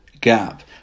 gap